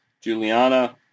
Juliana